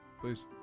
Please